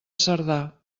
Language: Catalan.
cerdà